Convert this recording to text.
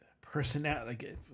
personality